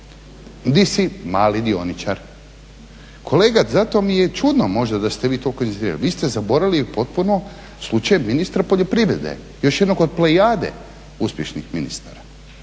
si mali dioničar. Kolega, zato mi je čudno možda da ste vi toliko inzistirali, vi ste zaboravili potpuno slučaj ministra poljoprivrede, još jednog od plejade uspješnih ministara